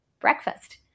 breakfast